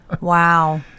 Wow